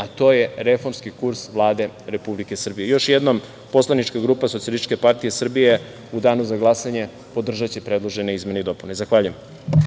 a to je reformski kurs Vlade Republike Srbije. Još jednom, Poslanička grupa SPS u danu za glasanje podržaće predložene izmene i dopune. Zahvaljujem.